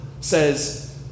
says